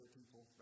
people